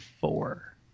four